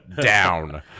down